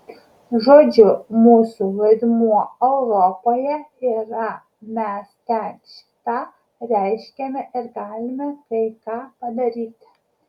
žodžiu mūsų vaidmuo europoje yra mes ten šį tą reiškiame ir galime kai ką padaryti